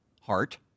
heart